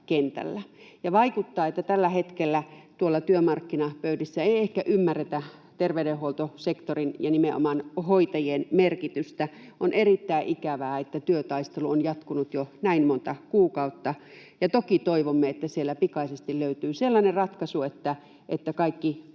vaikuttaa siltä, että tällä hetkellä tuolla työmarkkinapöydissä ei ehkä ymmärretä terveydenhuoltosektorin ja nimenomaan hoitajien merkitystä. On erittäin ikävää, että työtaistelu on jatkunut jo näin monta kuukautta, ja toki toivomme, että siellä pikaisesti löytyy sellainen ratkaisu, että kaikki